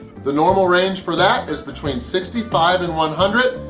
the normal range for that is between sixty five and one hundred.